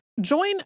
Join